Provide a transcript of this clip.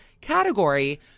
category